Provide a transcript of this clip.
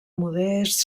modest